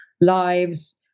lives